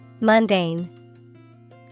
Mundane